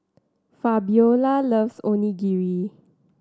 Fabiola loves Onigiri